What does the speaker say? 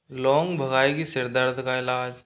लोंग भगाएगी सिर दर्द का इलाज